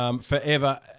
Forever